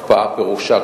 הקפאה פירושה,